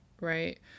right